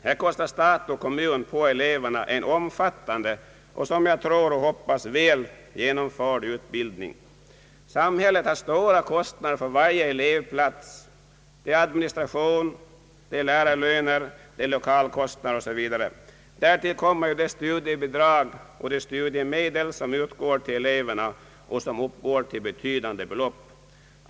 Här kostar stat och kommun på eleverna en omfattande och som jag tror och hoppas väl genomförd utbildning. Samhället har stora kostnader för varje elevklass, för administration, lärarlöner, lokalkostnader osv. Därtill kommer de studiebidrag och de studiemedel som utges till eleverna och som uppgår till betydande belopp.